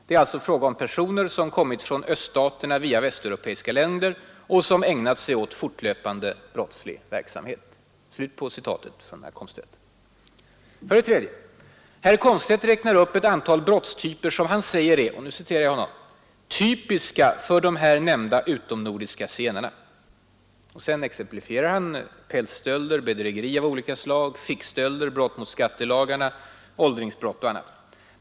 Det är alltså fråga om personer som kommit från öststaterna via västeuropeiska länder och som ägnat sig åt fortlöpande brottslig verksamhet.” 3. Herr Komstedt räknar upp ett antal brottstyper som han säger är ”typiska för de här nämnda utomnordiska zigenarna”, nämligen pälsstölder, bedrägeri av olika slag, fickstölder, brott mot skattelagarna, åldringsbrott och annat.